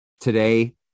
Today